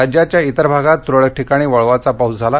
राज्याच्या इतर भागात तुरळक ठिकाणी वळवाचा पाऊस झाला